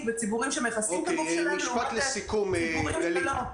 בציבורים שמכסים את הגוף שלהם לעומת ציבורים שלא.